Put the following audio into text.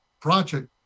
project